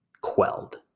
quelled